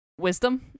wisdom